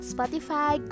Spotify